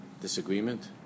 disagreement